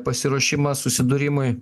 pasiruošimas susidūrimui